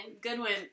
Goodwin